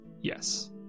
Yes